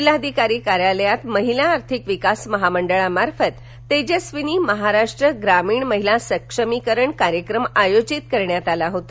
जिल्हाधिकारी कार्यालयात महिला आर्थिक विकास महामंडळामार्फत तेजस्विनी महाराष्ट्र ग्रामीण महिला सक्षमीकरण कार्यक्रम आयोजित करण्यात आला होता